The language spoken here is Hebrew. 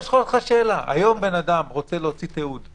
היום אדם רוצה להוציא תיעוד.